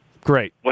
Great